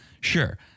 Sure